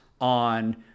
on